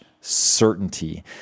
certainty